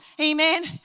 Amen